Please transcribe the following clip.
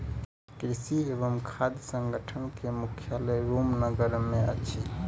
कृषि एवं खाद्य संगठन के मुख्यालय रोम नगर मे अछि